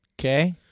okay